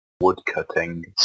woodcutting